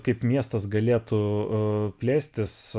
kaip miestas galėtų plėstis